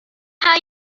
how